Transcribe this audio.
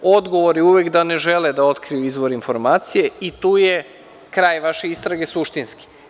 Odgovor je uvek da ne žele da otkriju izvor informacije i tu je kraj vaše istrage, suštinski.